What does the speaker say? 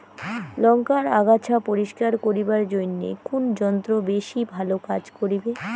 লংকার আগাছা পরিস্কার করিবার জইন্যে কুন যন্ত্র বেশি ভালো কাজ করিবে?